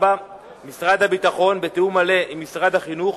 4. משרד הביטחון, בתיאום מלא עם משרד החינוך,